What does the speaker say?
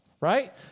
right